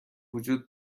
وجود